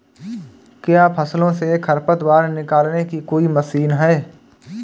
क्या फसलों से खरपतवार निकालने की कोई मशीन है?